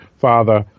father